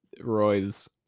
Roy's